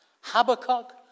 Habakkuk